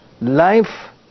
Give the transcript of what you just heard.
life